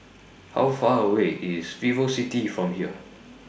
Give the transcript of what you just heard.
How Far away IS Vivocity from here